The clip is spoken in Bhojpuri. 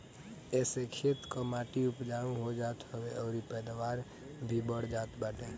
एसे खेत कअ माटी उपजाऊ हो जात हवे अउरी पैदावार भी बढ़ जात बाटे